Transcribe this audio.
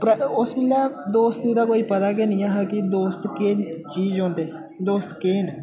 उस बैल्ले दोस्ती दा कोई पता गै नि हा कि दोस्त केह् चीज़ होंदे दोस्त केह् न